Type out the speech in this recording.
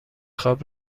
خواب